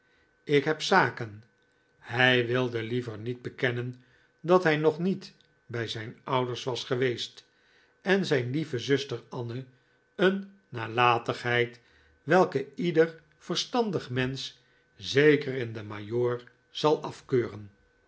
ik heb zaken hij wilde liever niet bekennen dat hij nog niet bij zijn ouders was geweest en zijn lieve zuster anne een nalatigheid welke ieder verstandig mensch zeker in den majoor zal afkeuren